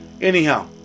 Anyhow